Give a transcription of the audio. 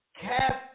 cast